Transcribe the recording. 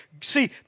See